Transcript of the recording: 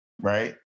Right